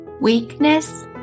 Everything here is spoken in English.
Weakness